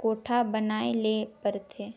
कोठा बनाये ले परथे